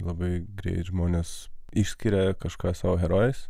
labai greit žmonės išskiria kažką savo herojais